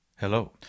Hello